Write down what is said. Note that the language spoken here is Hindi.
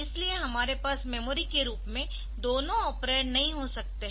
इसलिए हमारे पास मेमोरी के रूप में दोनों ऑपरेंड नहीं हो सकते है